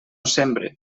sembre